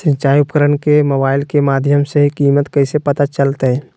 सिंचाई उपकरण के मोबाइल के माध्यम से कीमत कैसे पता चलतय?